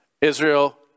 Israel